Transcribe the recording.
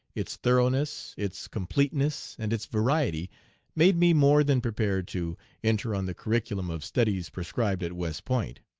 its thoroughness, its completeness, and its variety made me more than prepared to enter on the curriculum of studies prescribed at west point.